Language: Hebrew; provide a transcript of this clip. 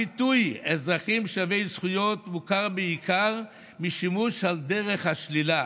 הביטוי "אזרחים שווי זכויות" מוכר בעיקר משימוש על דרך השלילה,